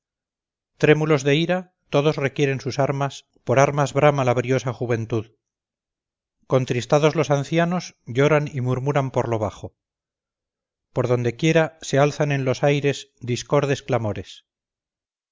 trémulos de ira todos requieren sus armas por armas brama la briosa juventud contristados los ancianos lloran y murmuran por lo bajo por donde quiera se alzan en los aires discordes clamores